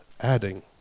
adding